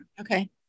Okay